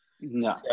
No